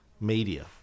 media